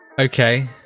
okay